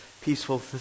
peaceful